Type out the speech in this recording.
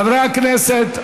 חברי הכנסת,